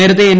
നേരത്തെ എൻ